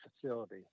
facility